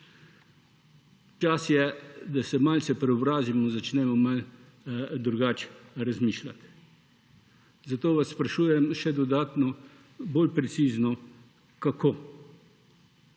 Čas je, da se malce preobrazimo in začnemo malce drugače razmišljati. Zato vas sprašujem še dodatno, bolj precizno: Kako?